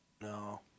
No